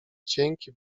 dzięki